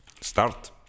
start